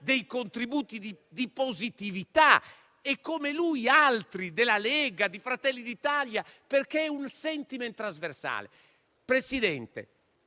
dei contributi di positività e, come lui, altri della Lega, di Fratelli d'Italia, perché è un *sentiment* trasversale. Presidente,